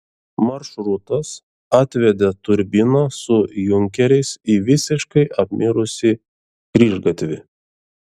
maršrutas atvedė turbiną su junkeriais į visiškai apmirusį kryžgatvį